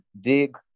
dig